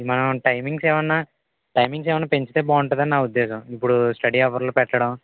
మన టైమింగ్స్ ఏమైనా టైమింగ్స్ ఏమైనా పెంచితే బాగుంటుందని నా ఉద్దేశం ఇప్పుడు స్టడీ అవర్లు పెట్టడం